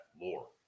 lore